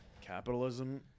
Capitalism